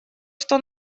что